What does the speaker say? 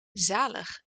zalig